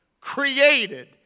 created